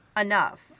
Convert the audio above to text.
enough